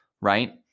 right